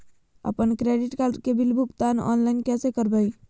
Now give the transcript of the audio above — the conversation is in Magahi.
अपन क्रेडिट कार्ड के बिल के भुगतान ऑनलाइन कैसे करबैय?